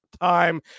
time